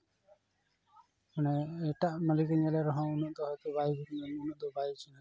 ᱢᱟᱱᱮ ᱮᱴᱟᱜ ᱢᱟᱞᱤᱠᱮ ᱧᱮᱞᱮ ᱨᱮᱦᱚᱸ ᱩᱱᱟᱹᱜ ᱫᱚ ᱦᱚᱭᱛᱳ ᱩᱱᱟᱹᱜ ᱫᱚ ᱵᱟᱭ ᱢᱚᱱᱮᱭᱟ ᱡᱮ ᱱᱩᱭ ᱴᱷᱮᱱ ᱫᱚ